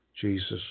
Jesus